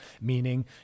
meaning